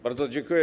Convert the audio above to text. Bardzo dziękuję.